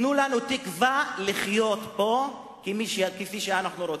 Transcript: תנו לנו רק תקווה לחיות פה כפי שאנחנו רוצים.